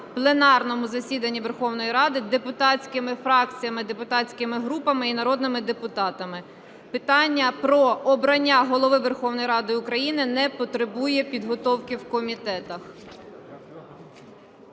пленарному засіданні Верховної Ради депутатськими фракціями, депутатськими групами і народними депутатами. Питання про обрання Голови Верховної Ради України не потребує підготовки в комітетах.